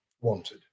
wanted